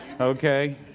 okay